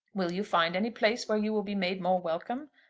will you find any place where you will be made more welcome?